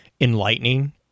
enlightening